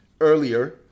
Earlier